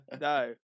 No